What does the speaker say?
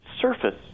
surface